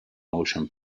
motion